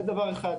זה דבר אחד.